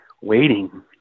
waiting